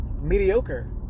mediocre